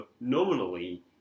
nominally